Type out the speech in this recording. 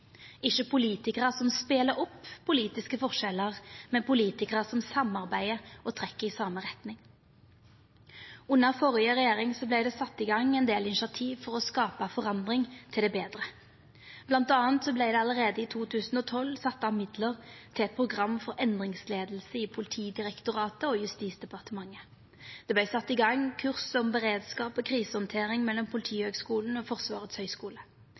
ikkje politikarar som spelar opp politiske forskjellar, men politikarar som samarbeider og trekkjer i same retning. Under den førre regjeringa vart det sett i gang ein del initiativ for å skapa forandring til det betre. Blant anna vart det allereie i 2012 sett av midlar til eit program for endringsleiing i Politidirektoratet og Justisdepartementet. Det vart sett i gang kurs om beredskap og krisehandtering for Politihøgskolen og Forsvarets høgskole.